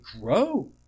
grow